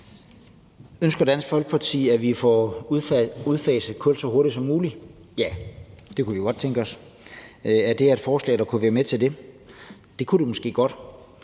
Ønsker Dansk Folkeparti, at vi får udfaset kul så hurtigt som muligt? Ja, det kunne vi godt tænke os. Er det her forslag, der kunne være med til det? Det kunne det måske godt.